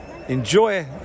Enjoy